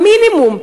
המינימום,